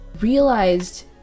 realized